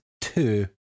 two